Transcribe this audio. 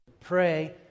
pray